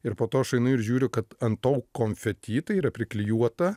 ir po to aš einu ir žiūriu kad ant to konfeti tai yra priklijuota